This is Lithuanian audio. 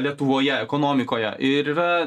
lietuvoje ekonomikoje ir yra